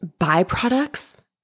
byproducts